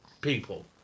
people